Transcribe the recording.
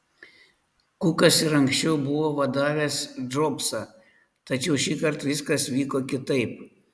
kukas ir anksčiau buvo vadavęs džobsą tačiau šįkart viskas vyko kitaip